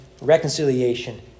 reconciliation